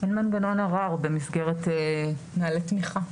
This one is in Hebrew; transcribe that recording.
אין מנגנון ערר במסגרת נהלי תמיכה.